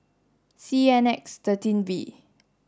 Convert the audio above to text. C N X thirteen V